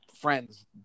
friends